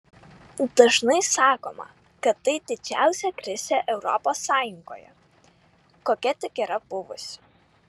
dažnai sakoma kad tai didžiausia krizė europos sąjungoje kokia tik yra buvusi